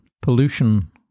pollution